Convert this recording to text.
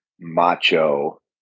Macho